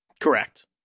Correct